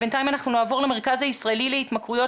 בינתיים אנחנו נעבור למרכז הישראלי להתמכרויות,